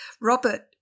Robert